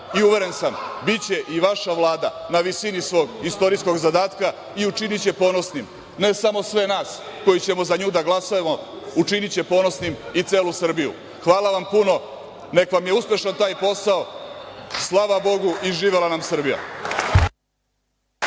i, uveren sam, biće i vaša Vlada na visini svog istorijskog zadatka i učiniće ponosnim ne samo sve nas koji ćemo za nju da glasamo, učiniće ponosnim i celu Srbiju. Hvala vam puno. Neka vam je uspešan taj posao. Slava Bogu i živela nam Srbija!